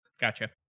Gotcha